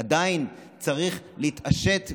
עדיין צריך להתעשת ולראות.